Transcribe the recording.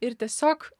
ir tiesiog